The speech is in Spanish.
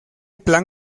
plan